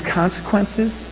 consequences